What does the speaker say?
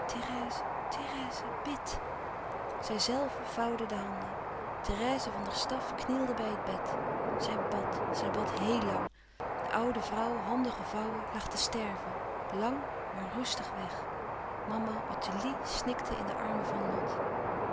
zijzelve vouwde de handen therèse van der staff knielde bij het bed zij bad zij bad héél lang de oude vrouw handen gevouwen lag te sterven làng maar rustig-weg mama ottilie snikte in de armen van lot